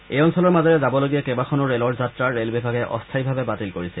এই অঞ্চলৰ মাজেৰে যাবলগীয়া কেইবাখনো ৰে'লৰ যাত্ৰা ৰেল বিভাগে অস্থায়ীভাৱে বাতিল কৰিছে